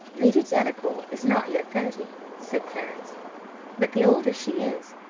lady delacour is not yet thirty, said clarence but the older she is,